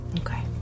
Okay